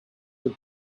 had